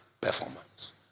performance